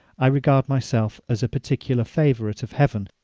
i regard myself as a particular favourite of heaven,